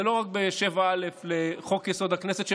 זה לא רק ב-7א לחוק-יסוד: הכנסת,